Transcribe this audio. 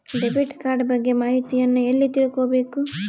Debit card ಬಗ್ಗೆ ಮಾಹಿತಿಯನ್ನ ಎಲ್ಲಿ ತಿಳ್ಕೊಬೇಕು?